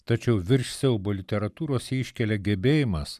tačiau virš siaubo literatūros jį iškelia gebėjimas